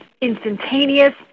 instantaneous